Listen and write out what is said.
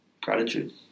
gratitude